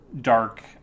dark